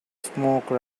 smoke